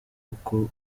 uko